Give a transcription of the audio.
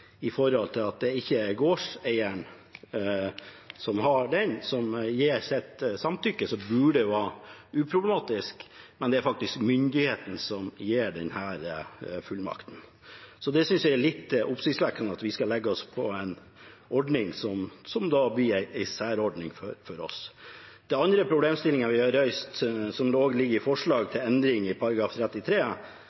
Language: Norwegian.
at det ikke er gårdeieren som gir sitt samtykke – noe som burde være uproblematisk – men at det faktisk er myndighetene som gir denne fullmakten. Jeg synes det er litt oppsiktsvekkende at vi skal legge oss på en ordning som da blir en særordning for oss. Den andre problemstillingen vi har reist, og hvor det er forslag